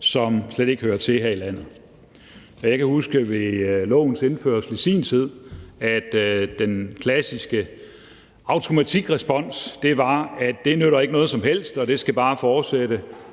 som slet ikke hører til her i landet. Jeg kan huske, at ved lovens indførelse i sin tid var den klassiske automatrespons, at det ikke nytter noget som helst; at det bare skal fortsætte